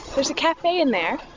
there's a cafe in there,